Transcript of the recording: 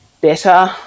better